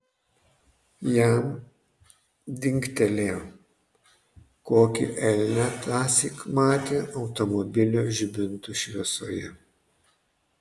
jam dingtelėjo kokį elnią tąsyk matė automobilio žibintų šviesoje